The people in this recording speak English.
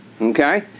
okay